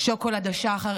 שוקולד השחר,